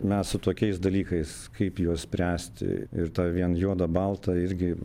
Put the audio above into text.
mes su tokiais dalykais kaip juos spręsti ir tą vien juoda balta irgi